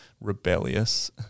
rebellious